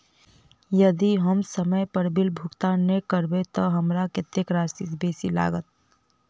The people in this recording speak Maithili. यदि हम समय पर बिल भुगतान नै करबै तऽ हमरा कत्तेक राशि बेसी लागत?